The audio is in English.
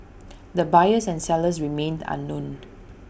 the buyers and sellers remain unknown